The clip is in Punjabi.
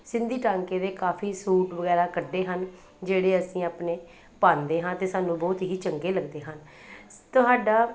ਸਿੰਧੀ ਟਾਂਕੇ ਦੇ ਕਾਫੀ ਸੂਟ ਵਗੈਰਾ ਕੱਢੇ ਹਨ ਜਿਹੜੇ ਅਸੀਂ ਆਪਣੇ ਪਾਉਂਦੇ ਹਾਂ ਅਤੇ ਸਾਨੂੰ ਬਹੁਤ ਹੀ ਚੰਗੇ ਲੱਗਦੇ ਹਨ ਤੁਹਾਡਾ